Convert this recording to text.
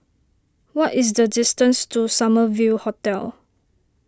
what is the distance to Summer View Hotel